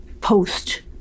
post